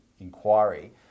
inquiry